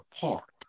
park